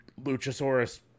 Luchasaurus